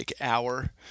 hour